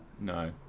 No